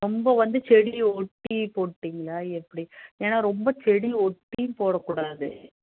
ரொம்ப வந்து செடியை ஒட்டி போட்டிங்களா எப்படி ஏன்னா ரொம்ப செடியை ஒட்டியும் போடக்கூடாது